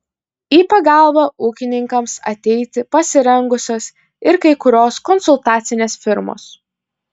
į pagalbą ūkininkams ateiti pasirengusios ir kai kurios konsultacinės firmos